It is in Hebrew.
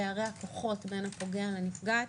פערי הכוחות בין הפוגע לנפגעת,